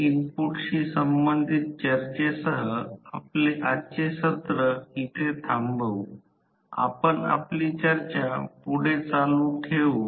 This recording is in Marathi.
तर आउटपुट कार्यक्षमता संपूर्ण दिवसभरात आउटपुट नुकसानां द्वारे आउटपुट असेल